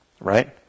right